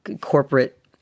corporate